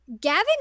gavin